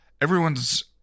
Everyone's